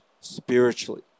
spiritually